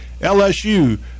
LSU